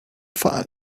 fall